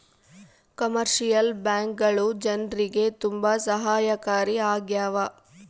commercial ಬ್ಯಾಂಕ್ಗಳು ಜನ್ರಿಗೆ ತುಂಬಾ ಸಹಾಯಕಾರಿ ಆಗ್ಯಾವ